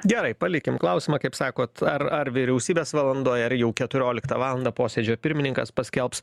gerai palikim klausimą kaip sakot ar ar vyriausybės valandoj ar jau keturioliktą valandą posėdžio pirmininkas paskelbs